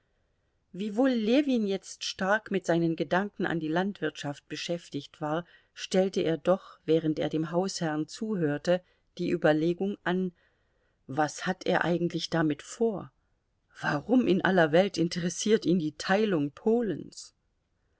wiewohl ljewin jetzt stark mit seinen gedanken an die landwirtschaft beschäftigt war stellte er doch während er dem hausherrn zuhörte die überlegung an was hat er eigentlich damit vor warum in aller welt interessiert ihn die teilung polens